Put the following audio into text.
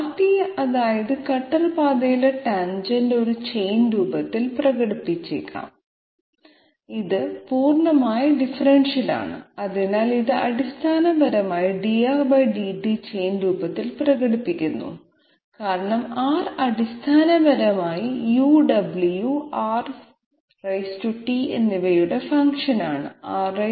Rt അതായത് cutter പാതയിലെ tangent ഒരു ചെയിൻ രൂപത്തിൽ പ്രകടിപ്പിക്കാം ഇത് പൂർണ്ണമായ ഡിഫറൻഷ്യലാണ് അതിനാൽ ഇത് അടിസ്ഥാനപരമായി drdt ചെയിൻ രൂപത്തിൽ പ്രകടിപ്പിക്കുന്നു കാരണം R അടിസ്ഥാനപരമായി u w Rt എന്നിവയുടെ ഫംഗ്ഷൻ ആണ്